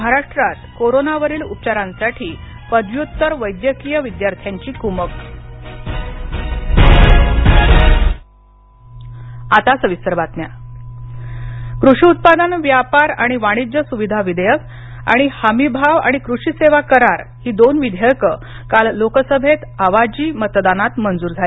महाराष्ट्रात कोरोनावरील उपचारांसाठी पदव्युत्तर वैद्यकीय विद्यार्थ्यांची कुमक कृषी विधेयक कृषी उत्पादन व्यापार आणि वाणिज्य सुविधा विधेयक आणि हमी भाव आणि कृषी सेवा करार ही दोन विधेयकं काल लोकसभेत आवाजी मतदानात मंजूर झाली